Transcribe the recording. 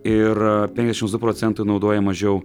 ir penkiasdešimts du procentai naudoja mažiau